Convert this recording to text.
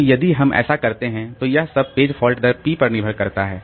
अब यदि हम ऐसा करते हैं तो यह सब पेज फॉल्ट दर p पर निर्भर करता है